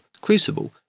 Crucible